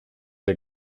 der